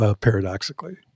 paradoxically